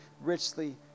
richly